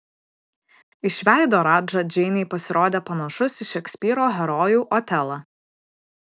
iš veido radža džeinei pasirodė panašus į šekspyro herojų otelą